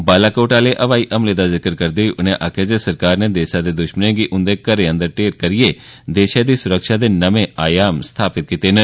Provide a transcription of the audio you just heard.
बालाकोट आह्ले ब्हाई हमले दा जिक्र करदे होई उनें आखेआ जे सरकार नै देसै दे दुश्मने गी उंदे घरें अंदर ढेर करियै देसै दी सुरक्षा दे नमें आयाम स्थापित कीते न